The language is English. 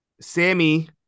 Sammy